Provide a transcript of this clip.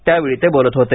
यावेळी ते बोलत होते